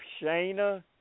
Shayna